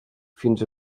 fins